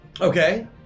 Okay